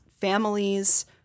families